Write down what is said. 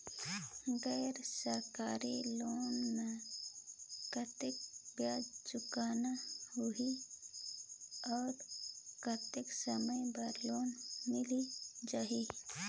गैर सरकारी लोन मे कतेक ब्याज चुकाना होही और कतेक समय बर लोन मिल जाहि?